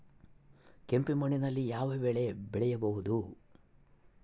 ಕೆಂಪು ಮಣ್ಣಿನಲ್ಲಿ ಯಾವ ಬೆಳೆ ಬೆಳೆಯಬಹುದು?